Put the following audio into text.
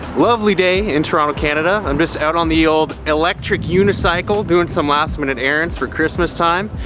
lovely day in toronto, canada. i'm just out on the old, electric unicycle doing some last minute errands for christmas time.